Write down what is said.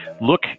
Look